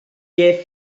qué